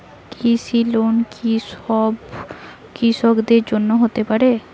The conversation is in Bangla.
কৃষি লোন কি সব কৃষকদের জন্য হতে পারে?